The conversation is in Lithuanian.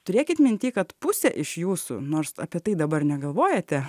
turėkit minty kad pusė iš jūsų nors apie tai dabar negalvojate